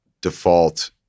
default